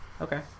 Okay